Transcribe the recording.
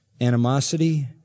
animosity